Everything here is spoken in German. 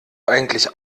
eigentlich